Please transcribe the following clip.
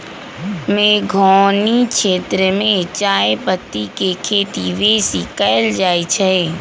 मेघौनी क्षेत्र में चायपत्ति के खेती बेशी कएल जाए छै